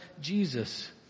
Jesus